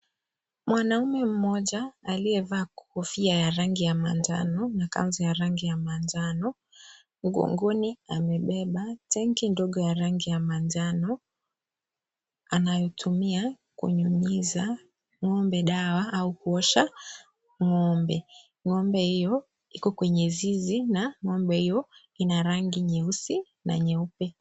Mwanaume mmoja, aliye vaa kofia ya rangi ya manjano na kanzu ya rangi ya manjano, mgongoni amebeba tenki ndogo ya rangi ya manjano, anayotumia, kunyunyiza, ngombe dawa au kuosha, ngombe, ngombe hio iko kwenye zizi na, ngombe hio, ina rangi nyeusi, na nyeupe.